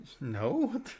No